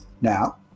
now